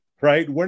right